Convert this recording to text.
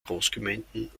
großgemeinden